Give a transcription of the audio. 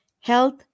health